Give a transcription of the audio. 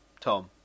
Tom